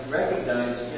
recognize